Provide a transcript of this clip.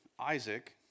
Isaac